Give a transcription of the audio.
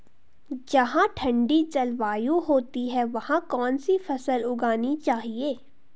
जहाँ ठंडी जलवायु होती है वहाँ कौन सी फसल उगानी चाहिये?